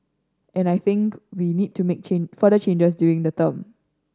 and I think we need to make further changes during the term